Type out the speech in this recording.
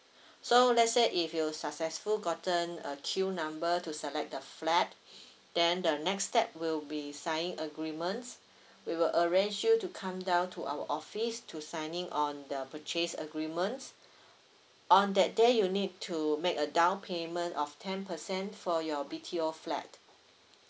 so let's say if you successful gotten a queue number to select the flat then the next step will be signing agreement we will arrange you to come down to our office to signing on the purchase agreement on that day you need to make a down payment of ten percent for your B_T_O flat